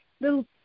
little